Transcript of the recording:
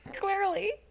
clearly